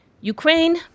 Ukraine